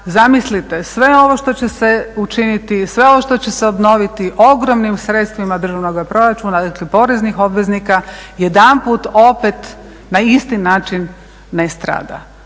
zamislite sve ovo što će se učiniti i sve ovo što će se obnoviti ogromnim sredstvima državnoga proračuna, dakle poreznih obveznika jedanput opet na isti način ne strada.